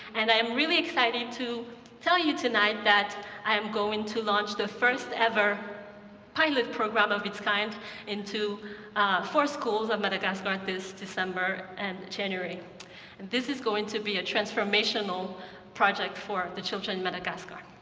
and i am really excited to tell you tonight that i am going to launch the first-ever pilot program of its kind into four schools of madagascar this december and january. and this is going to be a transformational project for the children in madagascar.